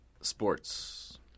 sports